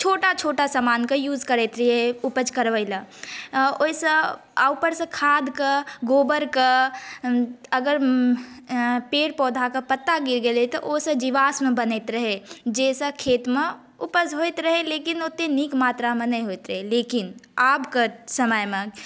बहुत सारा छोटा छोटा समानक यूज करैत रहियै उपज करबै लेल ओहिसँ आ उपरसँ खादके गोबरके अगर पेड़ पौधाक पत्ता गिर गेल तऽ ओहिसँ जीवाश्म बनैत रहै जाहिसॅं खेतमे उपज होइत रहै लेकिन ओते नीक मात्रामे नहि होइत रहै लेकिन आबके समयमे